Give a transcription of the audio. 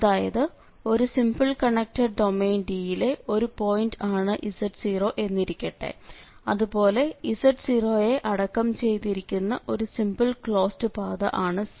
അതായത് ഒരു simple connected domain D യിലെ ഒരു പോയിന്റ് ആണ് z0 എന്നിരിക്കട്ടെ അതുപോലെ z0നെ അടക്കം ചെയ്തിരിക്കുന്ന ഒരു സിംപിൾ ക്ലോസ്ഡ് പാത ആണ് C